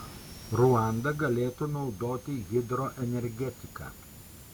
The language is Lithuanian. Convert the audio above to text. ruanda galėtų naudoti hidroenergetiką